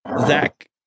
Zach